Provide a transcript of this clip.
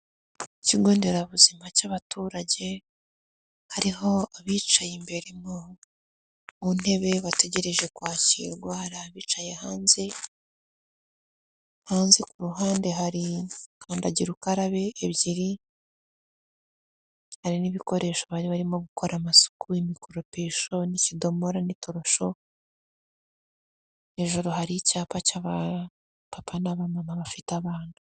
Ikigonderabuzima cy'abaturage, hariho abicaye imbere mu ntebe bategereje kwakirwa hari abicaye hanze, hanze ku ruhande harikandagira ukarabe ebyiri, hari n'ibikoresho bari barimo gukora amasuku imikoropesho n'ikidomora n'itorosho; hejuru hari icyapa cy'abapapa n'abamama bafite abana.